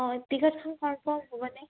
অঁ টিকটখন কমফাৰ্ম হ'বনে